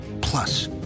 plus